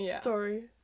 story